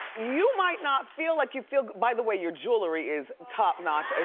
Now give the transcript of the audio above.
you might not feel like you feel, by the way your jewelry is top notch,